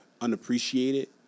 unappreciated